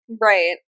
Right